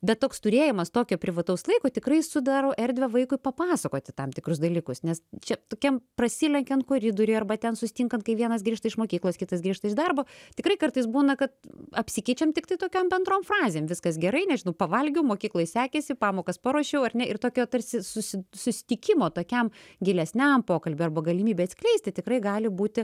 bet toks turėjimas tokio privataus laiko tikrai sudaro erdvę vaikui papasakoti tam tikrus dalykus nes čia tokiam prasilenkiant koridoriuj arba ten susitinkant kai vienas grįžta iš mokyklos kitas grįžta iš darbo tikrai kartais būna kad apsikeičiam tiktai tokiom bendrom frazėm viskas gerai nežinau pavalgiau mokykloj sekėsi pamokas paruošiau ar ne ir tokia tarsi susi susitikimo tokiam gilesniam pokalbiui arba galimybė atskleisti tikrai gali būti